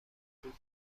بود